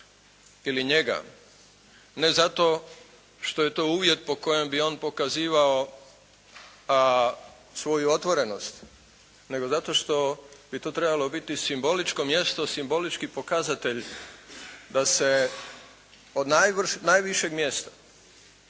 ili njega, ne zato što je to uvjet po kojem bi on pokazivao svoju otvorenost nego zato što bi to trebalo biti simboličko mjesto, simbolički pokazatelj da se od najvišeg mjesta